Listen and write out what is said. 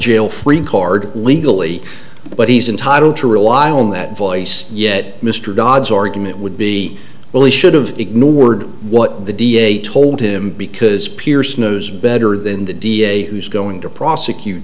jail free card legally but he's entitled to rely on that voice yet mr dobbs argument would be well he should've ignored what the d a told him because pierce knows better than the d a who's going to prosecute